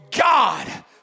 God